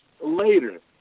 later